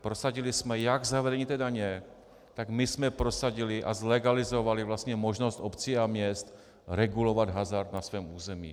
Prosadili jsme jak zavedení té daně, tak jsme prosadili a zlegalizovali vlastně možnost obcí a měst regulovat hazard na svém území.